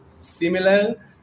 similar